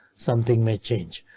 something may change.